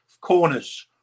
corners